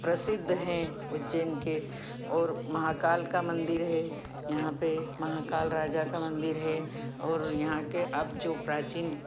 प्रसिद्ध हैं उज्जैन के और महाकाल का मंदिर है और यहाँ पे महाकाल राजा का मंदिर है और यहाँ के अब जो प्राचीन